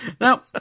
Now